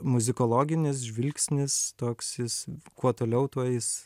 muzikologinis žvilgsnis toks jis kuo toliau tuo jis